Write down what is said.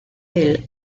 del